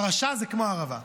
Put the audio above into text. הרשע זה הערבה.